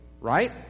right